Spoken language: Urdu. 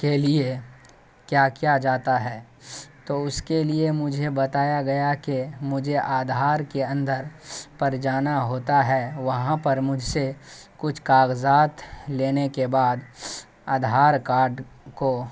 کے لیے کیا کیا جاتا ہے تو اس کے لیے مجھے بتایا گیا کہ مجھے آدھار کے اندر پر جانا ہوتا ہے وہاں پر مجھ سے کچھ کاغذات لینے کے بعد آدھار کارڈ کو